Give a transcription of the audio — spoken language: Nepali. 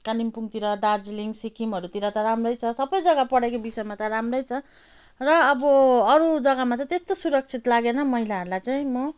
कालिम्पोङतिर दार्जिलिङ सिक्किमहरूतिर त राम्रै छ सबै जग्गा पढाइको विषयमा त राम्रै छ र अब अरू जग्गामा चाहिँ त्यस्तो सुरक्षित लागेन महिलाहरूलाई चाहिँ म